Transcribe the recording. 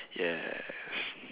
yes